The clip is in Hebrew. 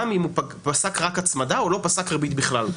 גם אם הוא פסק רק הצמדה או לא פסק ריבית בכלל.